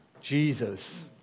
Jesus